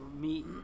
meet